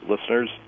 Listeners